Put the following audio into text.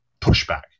pushback